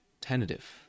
tentative